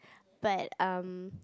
but um